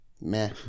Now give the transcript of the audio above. meh